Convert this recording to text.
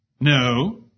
No